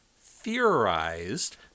theorized